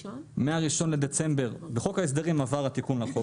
בחוק ההסדרים עבר התיקון לחוק.